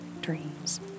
dreams